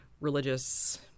religious